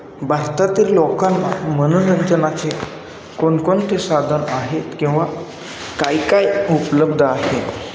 भारतातील लोकांना मनोरंजनाचे कोणकोणते साधन आहेत किंवा काय काय उपलब्ध आहेत